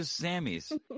Sammys